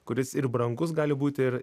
kuris ir brangus gali būti ir